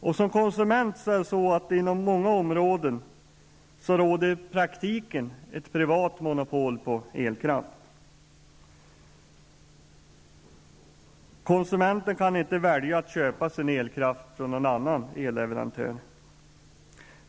Inom många områden råder därför i praktiken ett privat monopol på elkraft. Konsumenten kan nämligen inte välja att köpa sin elkraft från någon annan elleverantör.